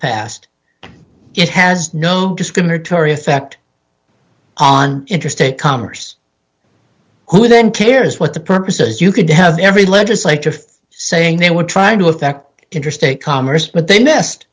passed it has no discriminatory effect on interstate commerce who then cares what the purpose is you could have every legislator for saying they were trying to affect interstate commerce but they mes